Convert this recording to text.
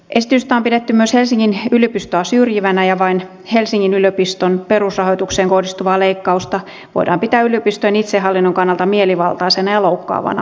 esitystä on pidetty myös helsingin yliopistoa syrjivänä ja vain helsingin yliopiston perusrahoitukseen kohdistuvaa leikkausta voidaan pitää yliopistojen itsehallinnon kannalta mielivaltaisena ja loukkaavana